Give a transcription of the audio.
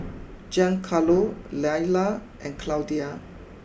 Giancarlo Lilla and Claudia